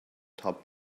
top